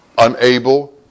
Unable